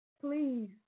Please